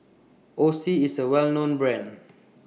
Oxy IS A Well known Brand